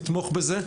תתמוך בזה,